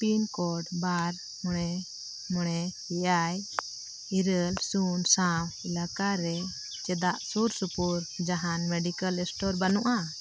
pin code ᱵᱟᱨ ᱢᱚᱬᱮ ᱢᱚᱬᱮ ᱮᱭᱟᱭ ᱤᱨᱟᱹᱞ ᱥᱩᱱ ᱥᱟᱶ ᱮᱞᱟᱠᱟ ᱨᱮ ᱪᱮᱫᱟᱜ ᱥᱩᱨ ᱥᱩᱯᱩᱨ ᱡᱟᱦᱟᱸ ᱢᱮᱰᱤᱠᱮᱞ ᱥᱴᱳᱨ ᱵᱟᱹᱱᱩᱜᱼᱟ